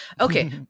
Okay